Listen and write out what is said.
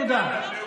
תודה.